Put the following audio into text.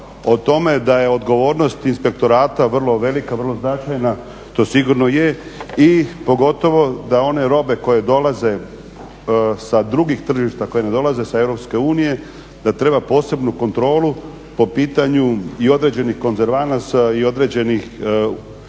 O tome da je odgovornost inspektorata vrlo velika, vrlo značajna, to sigurno je i pogotovo da one robe koje dolaze sa drugih tržišta, koje ne dolaze sa Europske unije, da treba posebnu kontrolu po pitanju i određenih konzervansa i određenih